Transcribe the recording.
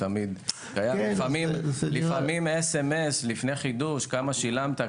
לפעמים סמ"ס לפני חידוש כמה שילמת,